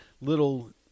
little